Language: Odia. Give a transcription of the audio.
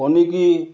ପନିକି